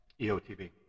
EOTV